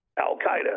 al-Qaeda